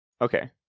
Okay